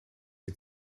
sie